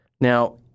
Now